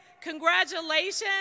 Congratulations